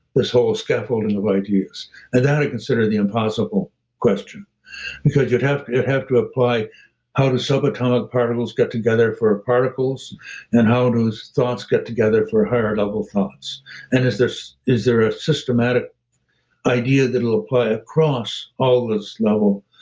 this whole scaffolding of ideas? and that i consider the impossible question because you'd have to have to apply how to subatomic particles get together for particles and how those thoughts get together for higher level thoughts. and is this is there a systematic idea that will apply across all this level?